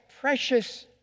precious